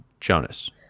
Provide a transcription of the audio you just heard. jonas